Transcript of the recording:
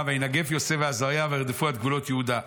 ויינגף יוסף ועזריה וירדפו עד גבולות יהודה.